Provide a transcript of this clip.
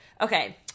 Okay